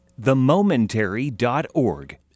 themomentary.org